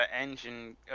engine